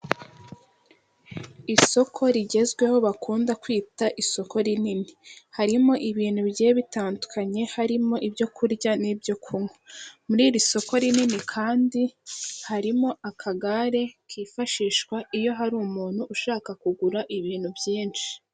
Isoko rigezweho bakunda kwita isoko rinini harimo ibintu bigiye bitandukanye, harimo ibyo kurya n'ibyo kunywa. Muri iri soko rinini kandi harimo akagare kifashishwa iyo hari umuntu ushaka kugura ibintu byinshi.